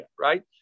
right